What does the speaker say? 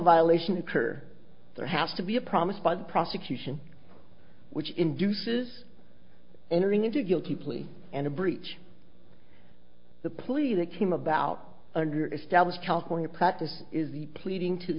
violation occurred or there has to be a promise by the prosecution which induces entering into a guilty plea and a breach the pleas that came about under established california practice is the pleading to